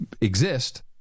exist